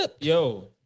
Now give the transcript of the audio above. yo